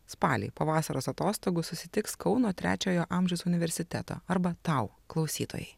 spalį po vasaros atostogų susitiks kauno trečiojo amžiaus universiteto arba tau klausytojai